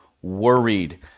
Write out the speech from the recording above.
worried